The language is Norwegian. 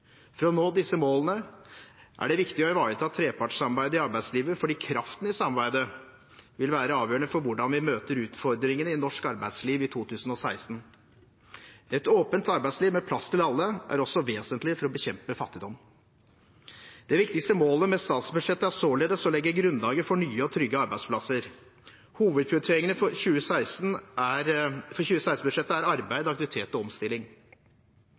For å nå disse målene er det viktig å ivareta trepartssamarbeidet i arbeidslivet fordi kraften i samarbeidet vil være avgjørende for hvordan vi møter utfordringene i norsk arbeidsliv i 2016. Et åpent arbeidsliv med plass til alle er også vesentlig for å bekjempe fattigdom. Det viktigste målet med statsbudsjettet er således å legge grunnlaget for nye og trygge arbeidsplasser. Hovedprioriteringene for 2016-budsjettet er arbeid, aktivitet og omstilling.